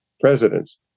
presidents